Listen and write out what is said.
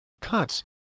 cuts